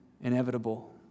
inevitable